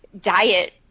diet